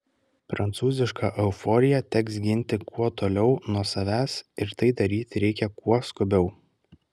prancūzišką euforiją teks ginti kuo toliau nuo savęs ir tai daryti reikia kuo skubiau